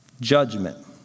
judgment